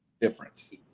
difference